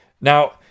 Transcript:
Now